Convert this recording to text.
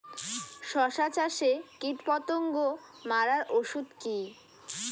শসা চাষে কীটপতঙ্গ মারার ওষুধ কি?